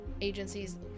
agencies